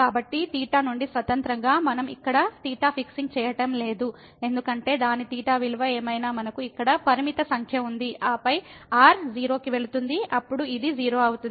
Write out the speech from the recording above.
కాబట్టి నుండి స్వతంత్రంగా మనం ఇక్కడ ఫిక్సింగ్ చేయటం లేదు ఎందుకంటే దాని విలువ ఏమైనా మనకు ఇక్కడ పరిమిత సంఖ్య ఉంది ఆపై r 0 కి వెళుతుంది అప్పుడు ఇది 0 అవుతుంది